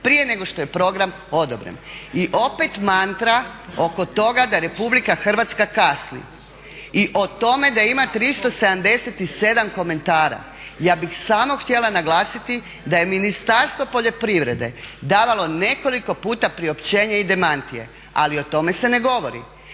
prije nego što je program odobren. I opet mantra oko toga da RH kasni i o tome da ima 377 komentara, ja bih samo htjela naglasiti da je Ministarstvo poljoprivrede davalo nekoliko puta priopćenje i demantije, ali o tome se ne govori.